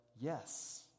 yes